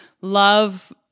love